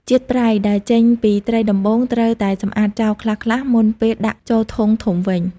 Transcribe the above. ជាតិប្រៃ ដែលចេញពីត្រីដំបូងត្រូវតែសម្អាតចោលខ្លះៗមុនពេលដាក់ចូលធុងធំវិញ។